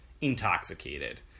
intoxicated